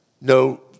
no